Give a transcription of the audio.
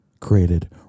created